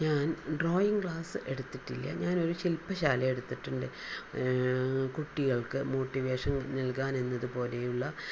ഞാൻ drawing class എടുത്തിട്ടില്ല ഞാനൊരു ശിൽപ്പശാല എടുത്തിട്ടുണ്ട് കുട്ടികൾക്ക് മോട്ടിവേഷൻ നല്കാൻ എന്നതുപോലെയുള്ള